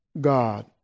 God